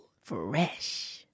Fresh